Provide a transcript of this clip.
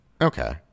Okay